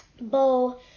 bow